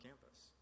campus